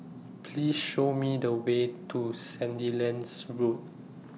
Please Show Me The Way to Sandilands Road